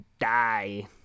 die